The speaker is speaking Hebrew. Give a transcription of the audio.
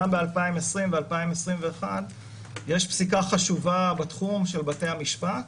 גם ב-2020 וב-2021 יש פסיקה חשובה בתחום של בתי המשפט,